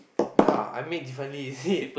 ya I made differently is it